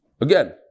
Again